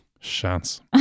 chance